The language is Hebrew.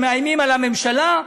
שהם מאיימים על הממשלה?